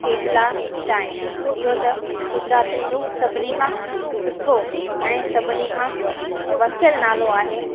थेपला चांहि इहो त गुजरात जो सभिनी खां सुठो ऐं सभिनी खां वसियल नालो आहे